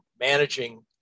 managing